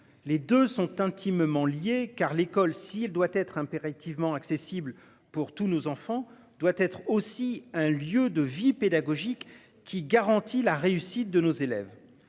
Les 2 sont intimement liés car l'école si elle doit être impérativement accessible pour tous nos enfants doit être aussi un lieu de vie pédagogique qui garantit la réussite de nos élèves.